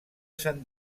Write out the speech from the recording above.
san